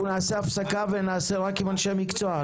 נעשה הפסקה ואז נקיים דיון רק עם אנשי מקצוע,